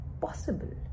possible